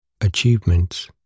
Achievements